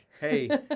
hey